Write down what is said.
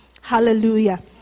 Hallelujah